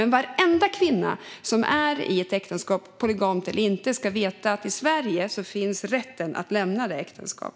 Men varenda kvinna i ett äktenskap, polygamt eller inte, ska veta att i Sverige finns rätten att lämna detta äktenskap.